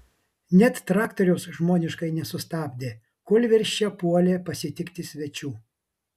net traktoriaus žmoniškai nesustabdė kūlvirsčia puolė pasitikti svečių